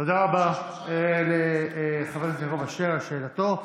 תודה רבה לחבר הכנסת יעקב אשר על שאלתו.